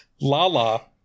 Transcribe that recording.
lala